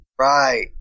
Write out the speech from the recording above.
Right